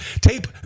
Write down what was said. Tape